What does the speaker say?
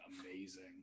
amazing